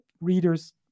readers